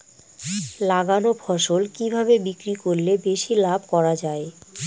লাগানো ফসল কিভাবে বিক্রি করলে বেশি লাভ করা যায়?